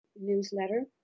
newsletter